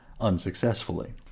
unsuccessfully